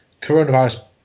coronavirus